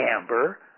amber